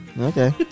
Okay